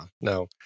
no